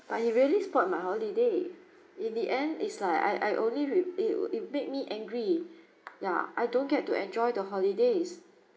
but he really spoilt my holiday in the end is like I I only read it would it make me angry yeah I don't get to enjoy the holidays